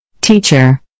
Teacher